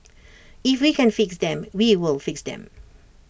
if we can fix them we will fix them